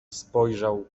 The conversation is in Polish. spojrzał